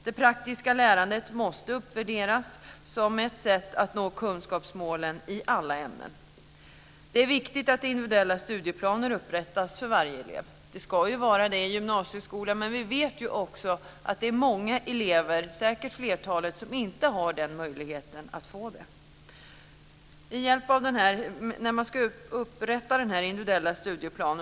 Det praktiska lärandet måste uppvärderas som ett sätt att nå kunskapsmålen i alla ämnen. Det är viktigt att individuella studieplaner upprättas för varje elev. Det ska finnas sådana i gymnasieskolan, men vi vet också att det är många elever - säkert flertalet - som inte får någon individuell studieplan.